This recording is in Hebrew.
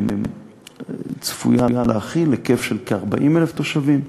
שצפויה להכיל, בהיקף של כ-40,000 תושבים.